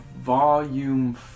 Volume